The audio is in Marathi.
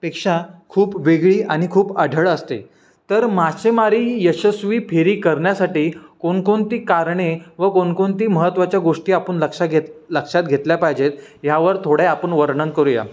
पेक्षा खूप वेगळी आणि खूप आढळ असते तर मासेमारी यशस्वी फेरी करण्यासाठी कोणकोणती कारणे व कोणकोणती महत्त्वाच्या गोष्टी आपण लक्षात घेत लक्षात घेतल्या पाहिजेत यावर थोड्या आपण वर्णन करूया